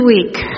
week